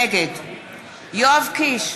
נגד יואב קיש,